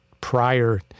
prior